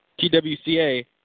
TWCA